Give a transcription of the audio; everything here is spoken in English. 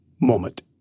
moment